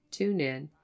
TuneIn